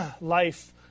life